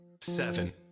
seven